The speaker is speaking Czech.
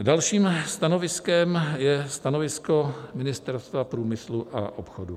Dalším stanoviskem je stanovisko Ministerstva průmyslu a obchodu: